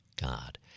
God